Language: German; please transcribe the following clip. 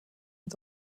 ins